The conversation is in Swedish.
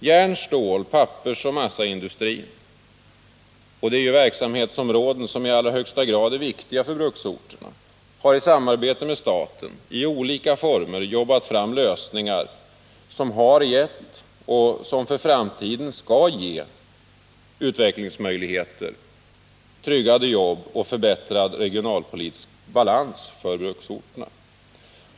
Järn-, stål-, pappersoch massaindustrierna, vilka är verksamhetsområden som i allra högsta grad är viktiga för bruksorterna, har i samarbete med staten i olika former jobbat fram lösningar som har gett och för framtiden skall kunna ge utvecklingsmöjligheter, tryggade jobb och förbättrad regionalpolitisk balans på bruksorterna.